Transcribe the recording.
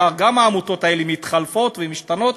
כי העמותות האלה מתחלפות ומשתנות,